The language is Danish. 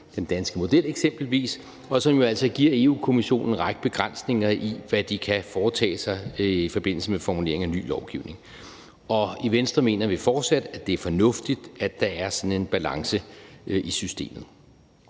den danske model, eksempelvis – og som jo giver Europa-Kommissionen en række begrænsninger i, hvad de kan foretage sig i forbindelse med formulering af ny lovgivning. Og i Venstre mener vi fortsat, at det er fornuftigt, at der er sådan en balance i systemet.